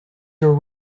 your